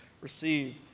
receive